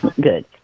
Good